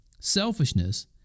Selfishness